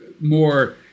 more